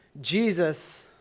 Jesus